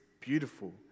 beautiful